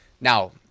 Now